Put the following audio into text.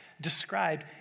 described